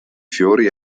fiori